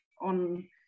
on